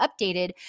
updated